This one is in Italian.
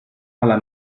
alla